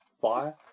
Fire